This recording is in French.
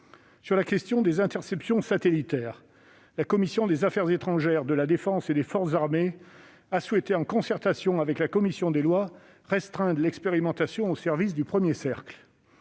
Concernant les interceptions satellitaires, la commission des affaires étrangères, de la défense et des forces armées a souhaité, en concertation avec la commission des lois, restreindre l'expérimentation aux services du premier cercle.